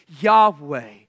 Yahweh